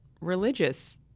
religious